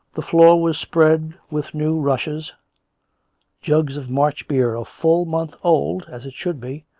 the floor was spread with new rushes jugs of march beer, a full month old, as it should be,